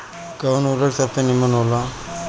कवन उर्वरक सबसे नीमन होला?